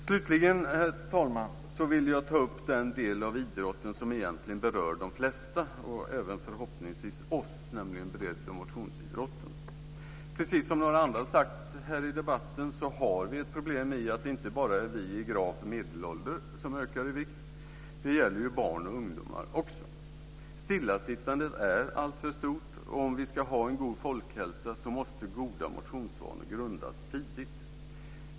Herr talman! Jag vill slutligen ta upp den del av idrotten som egentligen berör de flesta, och även förhoppningsvis oss, nämligen bredd och motionsidrotten. Precis som några andra har sagt här i debatten har vi ett problem i att det inte bara är vi i grav medelålder som ökar i vikt. Det gäller också barn och ungdomar. Stillasittandet är alltför stort. Om vi ska ha en god folkhälsa måste goda motionsvanor grundas tidigt.